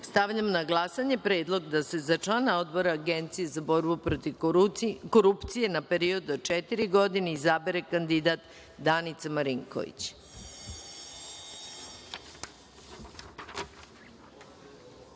na glasanje predlog da se za člana Odbora Agencije za borbu protiv korupcije, na period od četiri godine, izabere kandidat Danica Marinković. Zaključujem